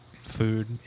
food